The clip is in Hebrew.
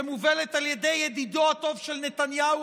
שמובלת על ידי ידידו הטוב של נתניהו,